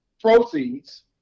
proceeds